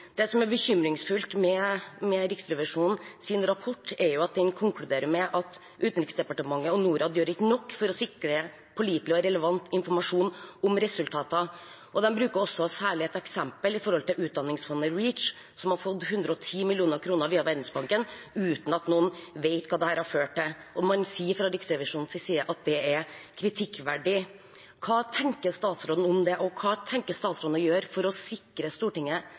Det som er bekymringsfullt med Riksrevisjonens rapport, er at den konkluderer med at Utenriksdepartementet og Norad ikke gjør nok for å sikre pålitelig og relevant informasjon om resultatene. De bruker særlig et eksempel med utdanningsfondet REACH, som har fått 110 mill. kr via Verdensbanken, uten at noen vet hva dette har ført til. Man sier fra Riksrevisjonens side at det er kritikkverdig. Hva tenker statsråden om det, og hva tenker statsråden å gjøre for å sikre Stortinget